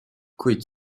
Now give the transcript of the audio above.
kuid